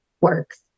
works